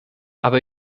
aber